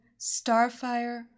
Starfire